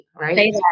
right